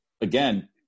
again